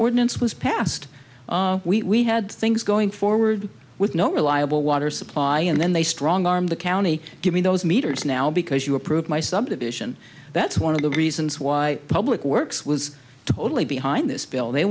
ordinance was passed we had things going forward with no reliable water supply and then they strong arm the county give me those meters now because you approve my subdivision that's one of the reasons why public works was totally behind this bill they